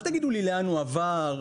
אל תגידו לי לאן הכסף עבר,